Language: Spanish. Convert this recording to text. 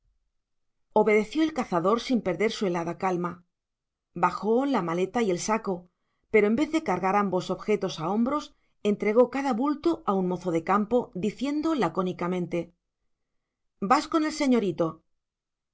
obedeció el cazador sin perder su helada calma bajó la maleta y el saco pero en vez de cargar ambos objetos a hombros entregó cada bulto a un mozo de campo diciendo lacónicamente vas con el señorito